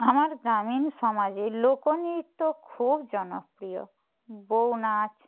আমার গ্রামীণ সমাজে লোকনৃত্য খুব জনপ্রিয় বৌ নাচ